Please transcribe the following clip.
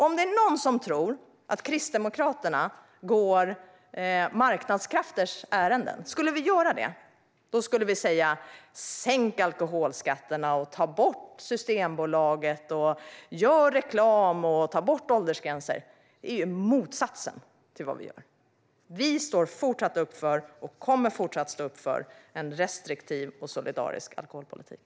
Är det någon som tror att Kristdemokraterna går marknadskrafters ärenden? Om vi skulle göra det skulle vi säga: Sänk alkoholskatten! Ta bort Systembolaget! Gör reklam! Ta bort åldersgränser! Det är motsatsen till vad vi gör. Vi står upp för, och kommer fortsatt att stå upp för, en restriktiv och solidarisk alkoholpolitik.